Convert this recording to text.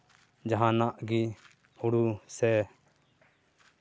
ᱡᱟᱦᱟᱸᱱᱟᱜ ᱜᱮ ᱦᱩᱲᱩ ᱥᱮ